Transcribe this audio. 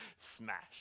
Smash